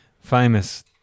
famous